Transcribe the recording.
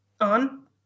on